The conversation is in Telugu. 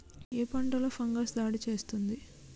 ఏ పంటలో ఫంగస్ దాడి చేస్తుంది?